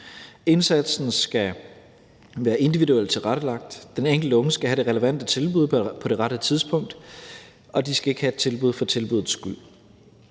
Indsatsen skal være individuelt tilrettelagt, den enkelte unge skal have det relevante tilbud på det rette tidspunkt, og de unge skal ikke have et tilbud for tilbuddets skyld.